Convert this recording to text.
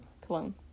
Cologne